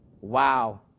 Wow